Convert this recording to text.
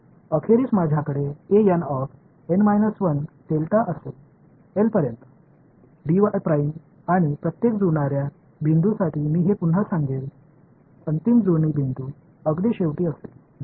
अखेरीस माझ्याकडे असेल एलपर्यंत आणि प्रत्येक जुळणार्या बिंदूसाठी मी हे पुन्हा सांगेन अंतिम जुळणी बिंदू अगदी शेवटी असेल बरोबर